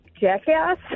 jackass